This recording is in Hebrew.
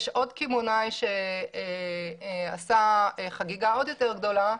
יש עוד קמעונאי שעשה חגיגה עוד יותר גדולה,